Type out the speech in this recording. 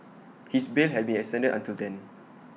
his bail has been extended until then